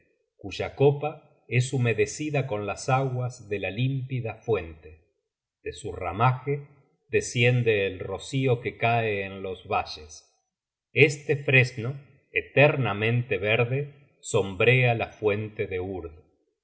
cuya copa es humedecida con las aguas de la límpida fuente de su ramaje desciende el rocío que cae en los valles este fresno eternamente verde sombrea la fuente de urd